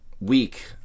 week